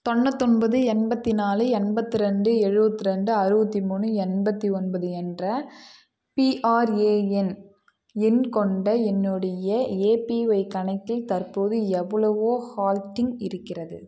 தொண்ணூத்தொன்பது எண்பத்தி நாலு எண்பத்தி ரெண்டு எழுபத்ரெண்டு அறுபத்தி மூணு எண்பத்தி ஒன்பது என்ற பிஆர்ஏஎன் எண் கொண்ட என்னுடைய ஏபிஒய் கணக்கில் தற்போது எவ்வளவு ஹால்டிங் இருக்கிறது